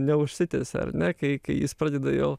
neužsitęsia ar ne kai kai jis pradeda jau